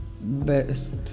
best